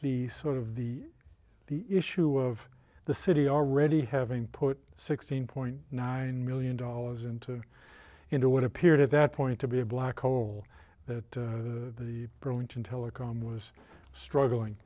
the sort of the the issue of the city already having put sixteen point nine million dollars into into what appeared at that point to be a black hole that the burlington telecom was struggling